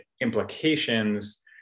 implications